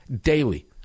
daily